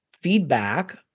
feedback